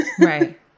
Right